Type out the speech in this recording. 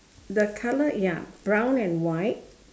the colour ya brown and white